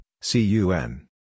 C-U-N